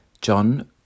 John